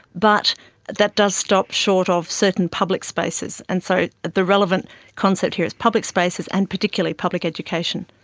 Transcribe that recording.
but that does stop short of certain public spaces. and so the relevant concept here is public spaces and particularly public education.